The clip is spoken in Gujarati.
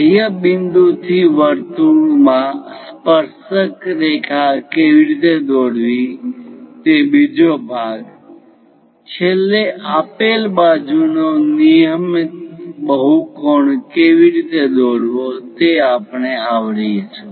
બાહ્ય બિંદુથી વર્તુળ માં સ્પર્શક રેખા કેવી રીતે દોરવી તે બીજો ભાગ છેલ્લે આપેલ બાજુ નો નિયમિત બહુકોણ કેવી રીતે દોરવો તે આપણે આવરીશું